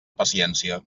paciència